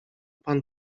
pan